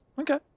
Okay